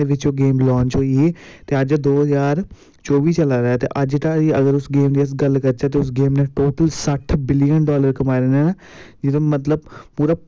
साढ़ा इ'यै बचार ऐ आखने दा कि जद्द कल्ला ई में कुतै अग्गै जाइयै कुतै गौरमैंट दे कन्नै जोआइन होग्गा ते में उनेंगी इ'यै सलाह् देगा कि ग्राएं च जाइयै अग्गै